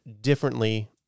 differently